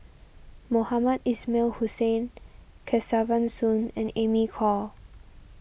Mohamed Ismail Hussain Kesavan Soon and Amy Khor